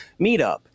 meetup